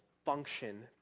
function